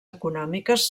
econòmiques